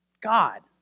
God